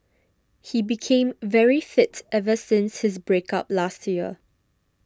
he became very fit ever since his break up last year